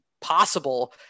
possible